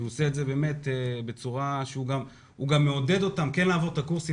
שהוא גם מעודד אותם כן לעבור את הקורסים